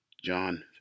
John